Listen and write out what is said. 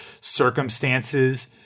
circumstances